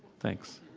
thanks